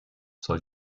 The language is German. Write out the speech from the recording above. soll